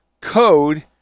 code